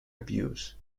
abuse